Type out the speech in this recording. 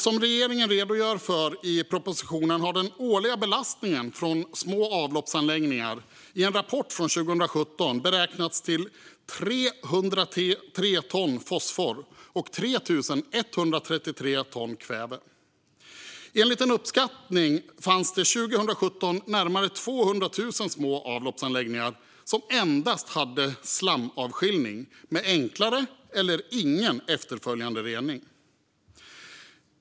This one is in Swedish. Som regeringen redogör för i propositionen har den årliga belastningen från små avloppsanläggningar i en rapport från 2017 beräknats till 303 ton fosfor och 3 133 ton kväve. Enligt en uppskattning fanns det 2017 närmare 200 000 små avloppsanläggningar som endast hade slamavskiljning med enklare eller ingen efterföljande rening.